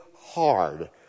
hard